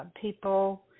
people